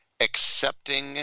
Accepting